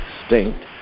extinct